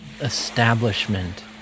establishment